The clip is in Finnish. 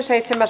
asia